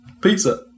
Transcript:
Pizza